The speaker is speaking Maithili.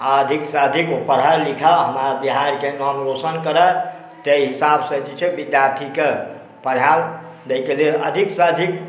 आओर अधिकसँ अधिक ओ पढ़ै लिखै आओर हमर बिहारके नाम रोशन करै ताहि हिसाबसँ जे छै विद्यार्थीके पढ़ाएल दैके लेल अधिकसँ अधिक